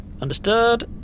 Understood